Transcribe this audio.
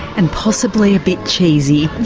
and possibly a bit cheesy.